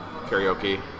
karaoke